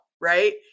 Right